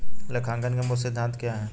लेखांकन के मूल सिद्धांत क्या हैं?